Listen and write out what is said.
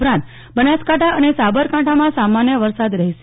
ઉપરાંત બનાસકાંઠા અને સાબરકાંઠામાં સામાન્ય વરસાદ રહેશે